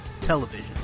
television